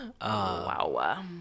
Wow